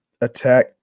attack